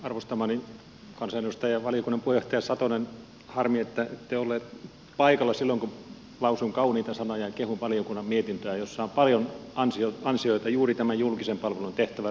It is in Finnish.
arvostamani kansanedustaja valiokunnan puheenjohtaja satonen harmi että ette ollut paikalla silloin kun lausuin kauniita sanoja ja kehuin valiokunnan mietintöä jossa on paljon ansioita juuri tämän julkisen palvelun tehtävän laajassa määrittelemisessä